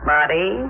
Body